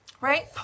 right